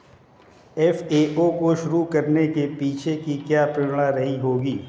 FAO को शुरू करने के पीछे की क्या प्रेरणा रही होगी?